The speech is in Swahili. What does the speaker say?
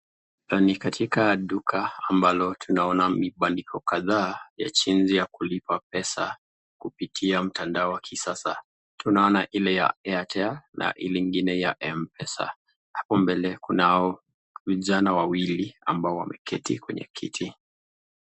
Ni katika duka ambalo tunaona mibandiko kadhaa ya jinsi ya kulipa pesa kupitia mtandao ya kisasa. Tunaona ile ya Airtel na ile ingine ya Mpesa. Hapo mbele kunao vijana wawili ambao wameketi kwenye kiti.